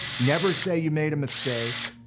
never say you made a mistake.